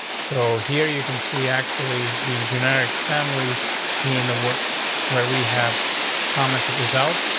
so here you can see actually the generic families in the work where we have commented this out.